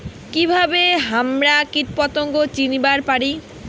কিভাবে হামরা কীটপতঙ্গ চিনিবার পারি?